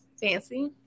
Fancy